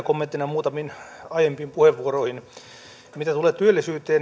kommenttina muutamiin aiempiin puheenvuoroihin mitä tulee työllisyyteen